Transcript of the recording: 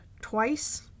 twice